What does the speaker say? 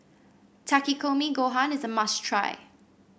Takikomi Gohan is a must try